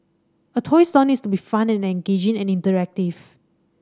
a toy store needs to be fun and engaging and interactive